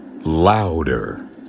louder